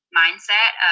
mindset